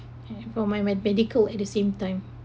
and for my my medical at the same time